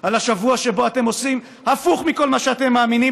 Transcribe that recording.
על השבוע שבו אתם עושים הפוך מכל מה שאתם מאמינים